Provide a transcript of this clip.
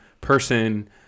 person